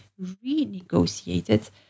renegotiated